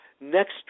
Next